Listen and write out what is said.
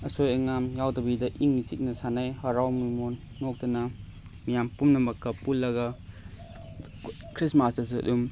ꯑꯁꯣꯏ ꯑꯉꯥꯝ ꯌꯥꯎꯗꯕꯤꯗ ꯏꯪꯅ ꯆꯤꯛꯅ ꯁꯥꯟꯅꯩ ꯍꯔꯥꯎ ꯃꯣꯃꯣꯟ ꯅꯣꯛꯇꯨꯅ ꯃꯤꯌꯥꯝ ꯄꯨꯝꯅꯃꯛꯀ ꯄꯨꯜꯂꯒ ꯈ꯭ꯔꯤꯁꯃꯥꯁꯇꯁꯨ ꯑꯗꯨꯝ